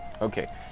Okay